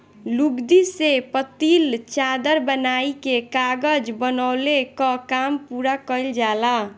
लुगदी से पतील चादर बनाइ के कागज बनवले कअ काम पूरा कइल जाला